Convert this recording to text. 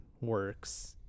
works